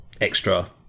extra